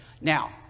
now